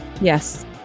Yes